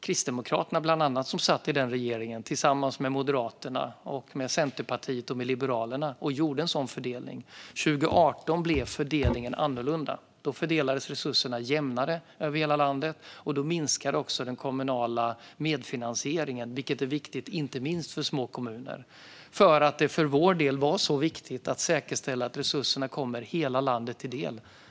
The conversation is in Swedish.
Kristdemokraterna satt i den regeringen tillsammans med Moderaterna, Centerpartiet och Liberalerna och gjorde en sådan fördelning. År 2018 blev fördelningen annorlunda. Då fördelades resurserna jämnare över hela landet, och då minskade också den kommunala medfinansieringen, vilket är viktigt inte minst för små kommuner. Det var för vår del så viktigt att säkerställa att resurserna kommer hela landet till del.